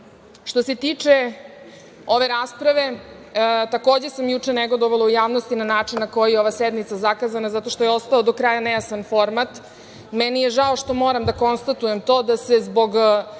se tiče ove rasprave, takođe sam juče negodovala u javnosti na način na koji je ova sednica zakazana, zato što je ostao do kraja nejasan format. Meni je žao što moram da konstatujem to da se zbog